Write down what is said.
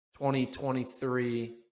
2023